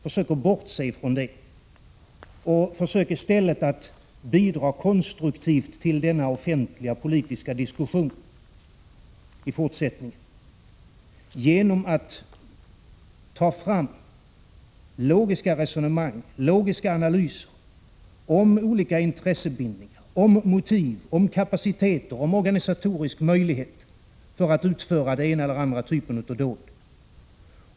Försök bortse från detta och försök i stället att bidra konstruktivt till denna offentliga politiska diskussion, genom att ta fram logiska resonemang och logiska analyser om olika intressebindningar, om motiv, om kapaciteter och om organisatoriska möjligheter att utföra den ena eller andra typen av dåd.